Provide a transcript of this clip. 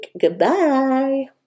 Goodbye